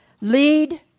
Lead